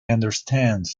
understands